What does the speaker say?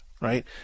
right